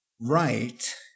right